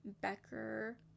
Becker